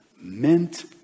meant